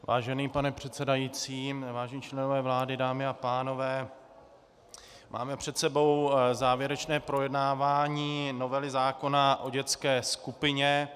Vážený pane předsedající, vážení členové vlády, dámy a pánové, máme před sebou závěrečné projednávání novely zákona o dětské skupině.